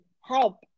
help